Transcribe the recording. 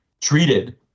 treated